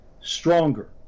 stronger